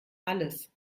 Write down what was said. alles